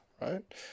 right